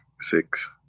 six